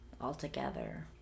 altogether